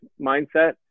mindset